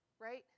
right